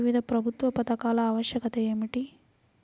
వివిధ ప్రభుత్వా పథకాల ఆవశ్యకత ఏమిటి?